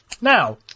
now